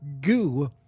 goo